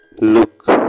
Look